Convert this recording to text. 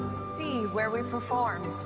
see where we perform.